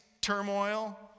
turmoil